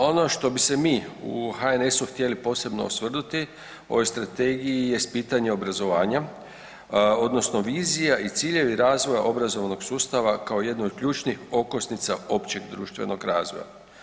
Ono što bi se mi u HNS-u htjeli posebno osvrnuti o ovoj strategiji jest pitanje obrazovanja odnosno vizija i ciljevi razvoja obrazovnog sustava kao jednu od ključnih okosnica općeg društvenog razvoja.